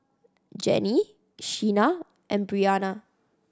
Jenni Sheena and Breanna